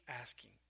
asking